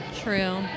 true